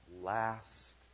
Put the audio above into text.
last